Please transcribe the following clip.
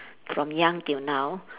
from young till now